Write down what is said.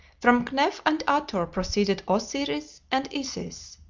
from kneph and athor proceeded osiris and isis.